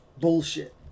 bullshit